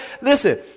listen